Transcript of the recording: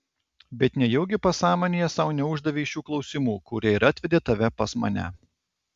bet nejaugi pasąmonėje sau neuždavei šių klausimų kurie ir atvedė tave pas mane